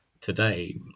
today